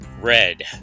Red